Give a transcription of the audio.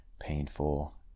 painful